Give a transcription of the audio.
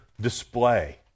display